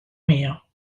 mio